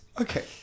Okay